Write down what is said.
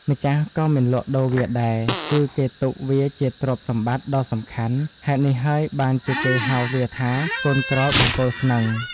ម្ចាស់ក៏មិនលក់ដូរវាដែរ គឺគេទុកវាជាទ្រព្យសម្បត្តិដ៏សំខាន់ ហេតុនេះហើយបានជាគេហៅវាថា កូនក្រោលបង្គោលស្នឹង។